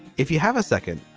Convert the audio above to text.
if you have a second,